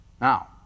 Now